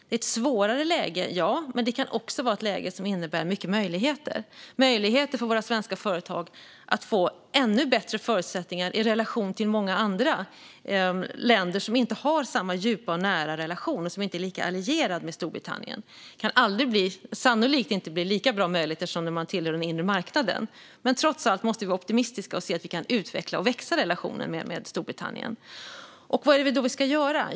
Det är ett svårare läge, ja, men det kan också vara ett läge som innebär många möjligheter - möjligheter för svenska företag att få ännu bättre förutsättningar i relation till företag i många andra länder som inte har samma djupa och nära relation och inte är lika allierade med Storbritannien. Det kan sannolikt aldrig bli lika bra möjligheter som när Storbritannien tillhörde den inre marknaden, men trots allt måste vi vara optimistiska och se att vi kan utveckla och utöka relationen med Storbritannien. Vad är det då vi ska göra?